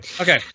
okay